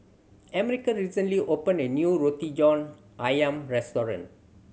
America recently opened a new Roti John Ayam restaurant